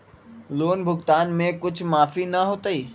Loan भुगतान में कुछ माफी न होतई?